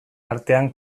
artean